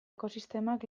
ekosistemak